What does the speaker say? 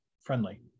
friendly